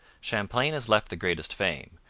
champlain has left the greatest fame,